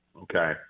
okay